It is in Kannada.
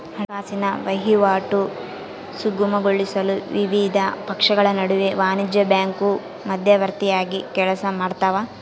ಹಣಕಾಸಿನ ವಹಿವಾಟು ಸುಗಮಗೊಳಿಸಲು ವಿವಿಧ ಪಕ್ಷಗಳ ನಡುವೆ ವಾಣಿಜ್ಯ ಬ್ಯಾಂಕು ಮಧ್ಯವರ್ತಿಯಾಗಿ ಕೆಲಸಮಾಡ್ತವ